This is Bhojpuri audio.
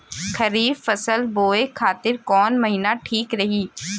खरिफ फसल बोए खातिर कवन महीना ठीक रही?